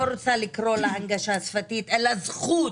אני אפילו לא רוצה לקרוא לה הנגשה שפתית אלא זכות